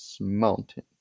mountain